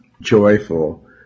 joyful